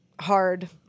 hard